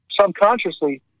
subconsciously